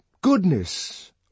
goodness